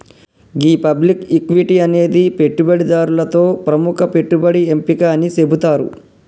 గీ public equity అనేది పెట్టుబడిదారులతో ప్రముఖ పెట్టుబడి ఎంపిక అని సెబుతారు